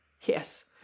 Yes